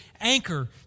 anchor